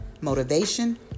motivation